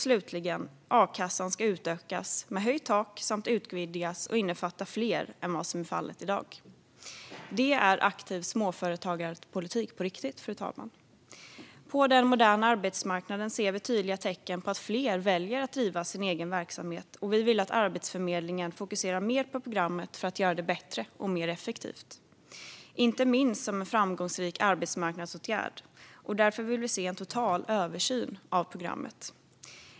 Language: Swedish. Slutligen ska a-kassan utökas med höjt tak samt utvidgas till att innefatta fler än vad som är fallet i dag. Detta är aktiv småföretagarpolitik på riktigt, fru talman. På den moderna arbetsmarknaden ser vi tydliga tecken på att fler väljer att driva sin egen verksamhet. Vi vill att Arbetsförmedlingen fokuserar mer på programmet för att göra det bättre och mer effektivt, inte minst som en framgångsrik arbetsmarknadsåtgärd. Därför vill vi se en total översyn av programmet.